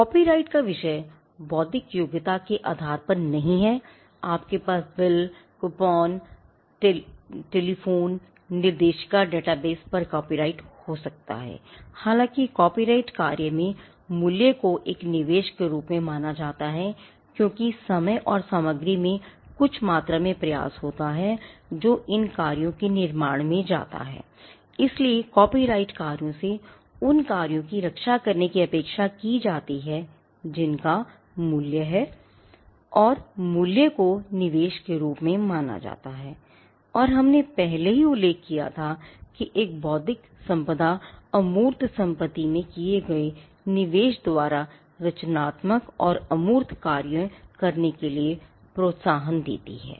copyright का विषय बौद्धिक योग्यता के आधार पर नहीं है आपके पास बिल कूपन कार्यों करने के लिए प्रोत्साहन देती है